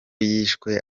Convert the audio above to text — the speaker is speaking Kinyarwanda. yishwe